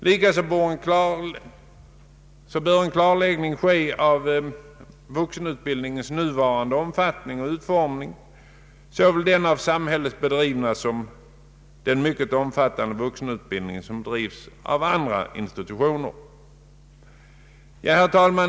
Likaså bör en klarläggning ske av vuxenutbildningens nuvarande omfattning och utformning, såväl den av samhället bedrivna som den mycket omfattande vuxenutbildning som bedrivs av andra institutioner.